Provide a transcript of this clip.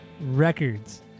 records